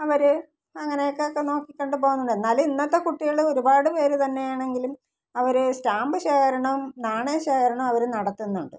അവർ അങ്ങനെയൊക്കെ ഒക്കെ നോക്കി കണ്ടു പോകുന്നുണ്ട് എന്നാലും ഇന്നത്തെ കുട്ടികൾ ഒരുപാട് പേർ തന്നെയാണെങ്കിലും അവർ സ്റ്റാമ്പ് ശേഖരണം നാണയ ശേഖരണം അവർ നടത്തുന്നുണ്ട്